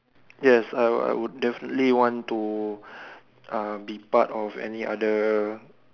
yes I'll I would definitely want to uh be part of any other